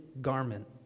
garment